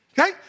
okay